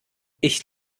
ich